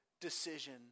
decision